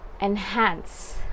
enhance